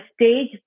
stage